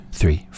three